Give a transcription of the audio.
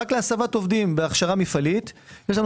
רק להסבת עובדים בהכשרה מפעלית יש לנו